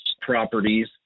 properties